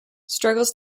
struggles